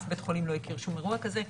אף בית חולים לא הכיר שום אירוע כזה.